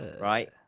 right